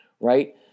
right